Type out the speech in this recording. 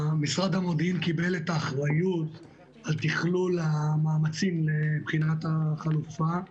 משרד המודיעין קיבל את האחריות על תכלול המאמצים לבחינת החלופה.